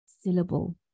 syllable